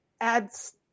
adds